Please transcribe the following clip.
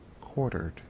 quartered